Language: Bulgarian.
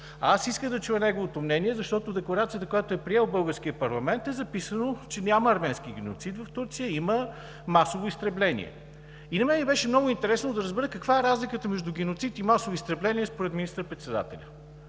Исках да чуя неговото мнение, защото в декларацията, която е приел българският парламент, е записано, че няма арменски геноцид в Турция, има масово изтребление. На мен ми беше много интересно да разбера каква е разликата между геноцид и масово изтребление според министър-председателя?